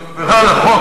זו גם עבירה על החוק,